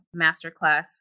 masterclass